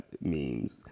memes